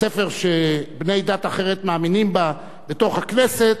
ספר שבני דת אחרת מאמינים בו בתוך הכנסת,